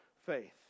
faith